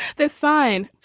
this sign